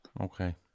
Okay